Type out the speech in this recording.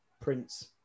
Prince